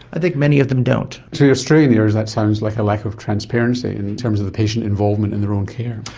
i think many of them don't. to australian ears that sounds like a lack of transparency in terms of the patient involvement in their own care.